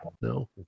No